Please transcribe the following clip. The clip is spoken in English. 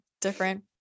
different